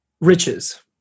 riches